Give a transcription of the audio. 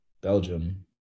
Belgium